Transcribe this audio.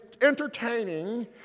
entertaining